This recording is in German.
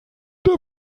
der